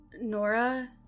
Nora